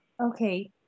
Okay